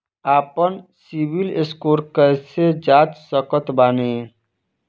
आपन CIBIL score कैसे जांच सकत बानी?